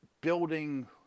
building